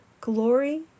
glory